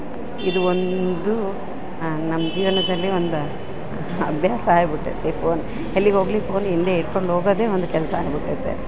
ಇದು ಒಂದು ನಮ್ಮ ಜೀವನದಲ್ಲಿ ಒಂದು ಅಭ್ಯಾಸ ಬುಟೈತೆ ಫೋನ್ ಎಲ್ಲಿಗೋಗಲಿ ಫೋನ್ ಹಿಂದೆ ಇಟ್ಕೊಂಡು ಹೋಗೋದೇ ಒಂದು ಕೆಲಸ ಆಗ್ಬುಟೈತೆ